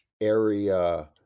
area